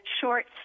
short